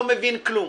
לא מבין כלום.